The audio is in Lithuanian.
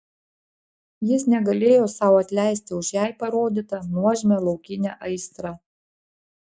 jis negalėjo sau atleisti už jai parodytą nuožmią laukinę aistrą